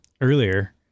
earlier